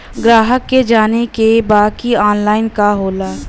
ग्राहक के जाने के बा की ऑनलाइन का होला?